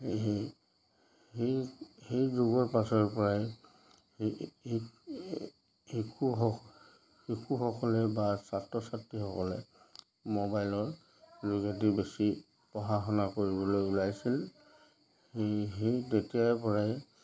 এই সেই সেই যুগৰ পাছৰপৰাই শিশু শিশুসকলে বা ছাত্ৰ ছাত্ৰীসকলে মোবাইলৰ যোগেদি বেছি পঢ়া শুনা কৰিবলৈ ওলাইছিল এই সেই তেতিয়াৰপৰাই